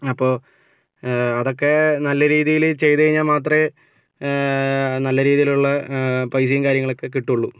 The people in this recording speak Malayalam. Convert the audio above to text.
അപ്പോൾ അതൊക്കേ നല്ല രീതിയില് ചെയ്തു കഴിഞ്ഞാൽ മാത്രമേ നല്ല രീതിയിലുള്ള പൈസയും കാര്യങ്ങളുമൊക്കെ കിട്ടുകയുള്ളു